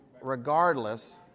regardless